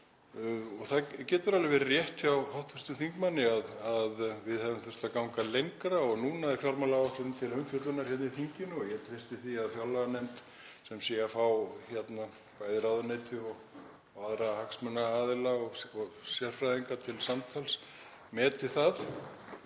Það getur alveg verið rétt hjá hv. þingmanni að við hefðum þurft að ganga lengra. Núna er fjármálaáætlun til umfjöllunar hérna í þinginu og ég treysti því að fjárlaganefnd sé að fá bæði ráðuneyti og aðra hagsmunaaðila og sérfræðinga til samtals og meti það.